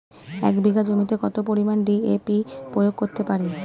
এক বিঘা জমিতে কত পরিমান ডি.এ.পি প্রয়োগ করতে পারি?